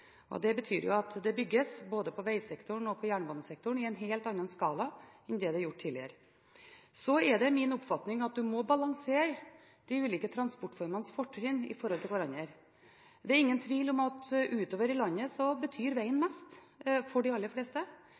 Det betyr jo at det bygges, både på vegsektoren og jernbanesektoren, i en helt annen skala enn det er gjort tidligere. Så er det min oppfatning at man må balansere de ulike transportformenes fortrinn i forhold til hverandre. Det er ingen tvil om at utover i landet betyr vegen mest for de aller fleste,